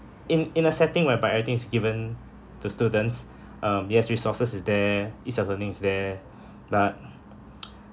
in in a setting whereby everything is given to students a'ah yes resources is there ease of learning is there but